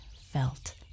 felt